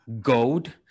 gold